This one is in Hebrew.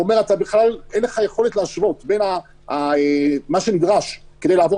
בכלל אין לך יכולת להשוות בין מה שנדרש כדי לעבור